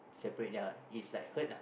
separate ya is like hurt lah